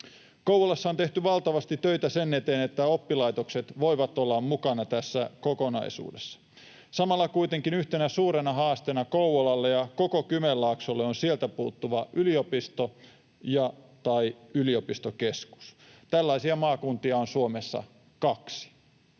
Kouvolassa on tehty valtavasti töitä sen eteen, että oppilaitokset voivat olla mukana tässä kokonaisuudessa. Samalla kuitenkin yhtenä suurena haasteena Kouvolalle ja koko Kymenlaaksolle on sieltä puuttuva yliopisto ja/tai yliopistokeskus. Tällaisia maakuntia on Suomessa kaksi.